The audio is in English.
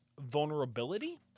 vulnerability